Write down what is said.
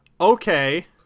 okay